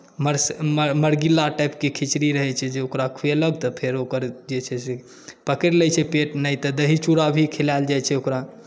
मरगिल्ला टाइपके खिचड़ी रहैत छै जे ओकरा खुएलक तऽ फेर ओकर जे छै से पकड़ि लैत छै पेट नहि तऽ दही चूड़ा भी खिलायल जाइत छै ओकरा